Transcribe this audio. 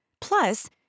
Plus